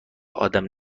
ادم